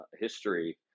history